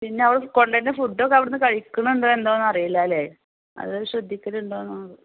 പിന്നെ അവൾ കൊണ്ടന്ന ഫുഡൊക്കെ അവിടുന്ന് കഴിക്കണണ്ടോന്ന് എന്താന്നറിയില്ലല്ലേ അത് ശ്രദ്ധിക്കലൊണ്ടോന്നാവോ